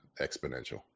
exponential